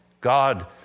God